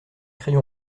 crayon